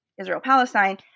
Israel-Palestine